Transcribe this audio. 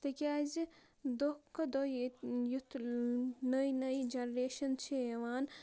تِکیٛازِ دۄہ کھۄتہٕ دۄہ ییٚتہِ یُتھ نٔے نٔے جَنریشَن چھِ یِوان